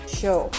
show